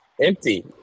empty